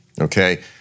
okay